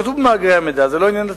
כתוב במאגרי המידע, וזה לא עניין לציבור.